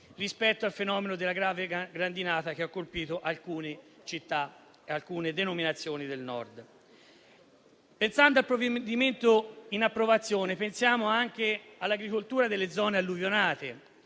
rispetto al fenomeno della grave grandinata che ha colpito alcune città e alcuni territori del Nord. Con riferimento al provvedimento in approvazione, pensiamo anche all'agricoltura delle zone alluvionate.